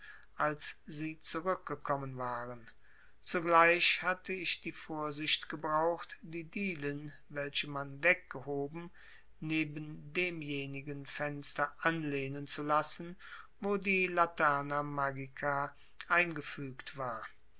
als sie zurückgekommen waren zugleich hatte ich die vorsicht gebraucht die dielen welche man weggehoben neben demjenigen fenster anlehnen zu lassen wo die laterna magica eingefügt war